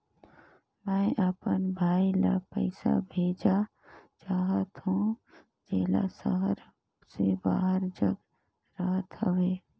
मैं अपन भाई ल पइसा भेजा चाहत हों, जेला शहर से बाहर जग रहत हवे